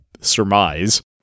surmise